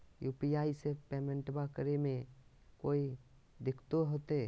UPI से पेमेंटबा करे मे कोइ दिकतो होते?